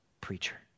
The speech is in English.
preacher